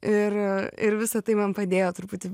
ir ir visa tai man padėjo truputį